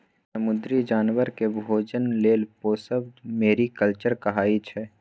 समुद्री जानबर केँ भोजन लेल पोसब मेरीकल्चर कहाइ छै